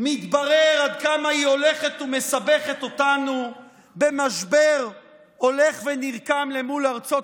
מתברר עד כמה היא הולכת ומסבכת אותנו במשבר הולך ונרקם מול ארצות